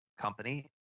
company